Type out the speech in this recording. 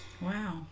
Wow